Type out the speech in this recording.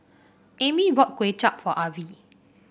Amy bought Kuay Chap for Avie